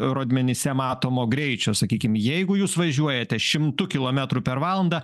rodmenyse matomo greičio sakykim jeigu jūs važiuojate šimtu kilometrų per valandą